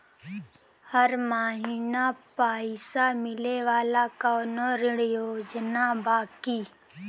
हर महीना पइसा मिले वाला कवनो ऋण योजना बा की?